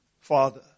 Father